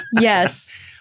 yes